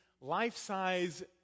life-size